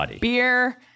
beer